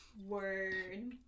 Word